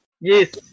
Yes